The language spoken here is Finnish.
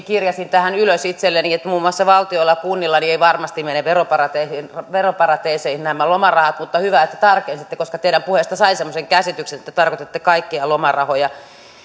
kirjasin tähän ylös itselleni että muun muassa valtiolla ja kunnilla eivät varmasti mene veroparatiiseihin veroparatiiseihin nämä lomarahat mutta hyvä että tarkensitte koska teidän puheestanne sai semmoisen käsityksen että te tarkoitatte kaikkia lomarahoja